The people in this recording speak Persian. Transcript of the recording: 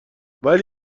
ولی